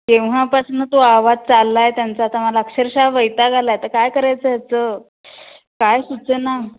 केव्हापासून तो आवाज चालला आहे त्यांचा आता मला अक्षरशः वैताग आला आहे तर काय करायचं ह्याचं काय सुचंना